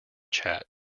chat